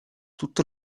tutto